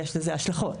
יש לזה השלכות.